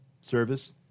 service